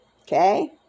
Okay